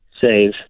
save